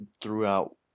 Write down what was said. throughout